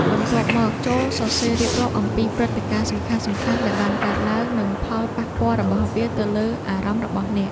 បន្ទាប់មក ចូលសរសេររៀបរាប់អំពីព្រឹត្តិការណ៍សំខាន់ៗដែលបានកើតឡើង និងផលប៉ះពាល់របស់វាទៅលើអារម្មណ៍របស់អ្នក។